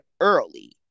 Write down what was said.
early